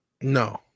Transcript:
No